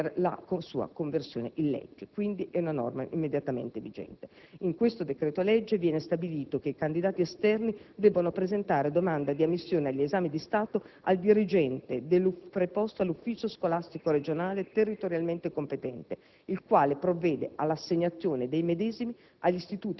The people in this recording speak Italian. alla Camera per la sua conversione in legge, quindi è una norma immediatamente vigente. In questo decreto-legge viene stabilito che i candidati esterni debbono presentare domanda di ammissione agli esami di Stato al dirigente preposto all'Ufficio scolastico regionale territorialmente competente, il quale provvede all'assegnazione dei medesimi